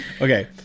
Okay